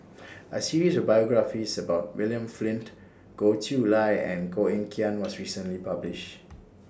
A series of biographies about William Flint Goh Chiew Lye and Koh Eng Kian was recently published